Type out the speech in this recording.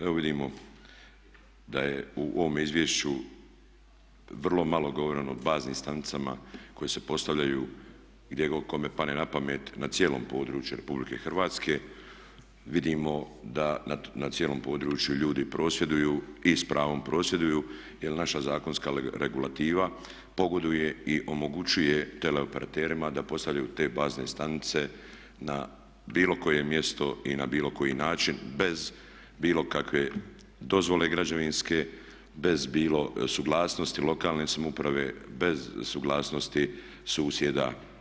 Evo vidimo da je u ovom izvješću vrlo malo govoreno o baznim stanicama koje se postavljaju gdje god kome padne na pamet na cijelom području Republike Hrvatske, vidimo da na cijelom području ljudi prosvjeduju i s pravom prosvjeduju jer naša zakonska regulativa pogoduje i omogućuje teleoperaterima da postavljaju te bazne stanice na bilo koje mjesto i na bilo koji način bez bilo kakve dozvole građevinske, bez suglasnosti lokalne samouprave, bez suglasnosti susjeda.